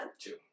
Two